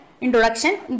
Introduction